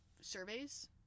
surveys